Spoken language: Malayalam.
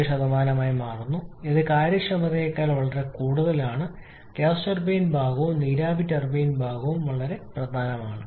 17 ആയി മാറുന്നു ഇത് കാര്യക്ഷമതയേക്കാൾ വളരെ കൂടുതലാണ് ഗ്യാസ് ടർബൈൻ ഭാഗവും നീരാവി ടർബൈൻ ഭാഗവും വളരെ പ്രധാനമാണ്